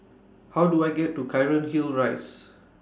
How Do I get to Cairnhill Rise